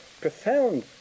profound